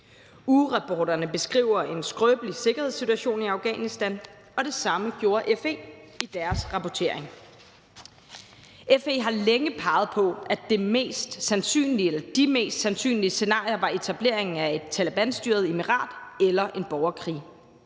Ugerapporterne beskriver en skrøbelig sikkerhedssituation i Afghanistan, og det samme gjorde FE i deres rapportering. FE har længe peget på, at de mest sandsynlige scenarier var etableringen af et Talebanstyret emirat eller en borgerkrig,